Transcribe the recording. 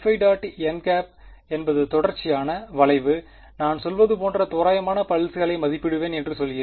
n என்பது தொடர்ச்சியான வளைவு நான் சொல்வது போன்ற தோராயமாக பல்ஸ்களை மதிப்பிடுவேன் என்று சொல்கிறேன்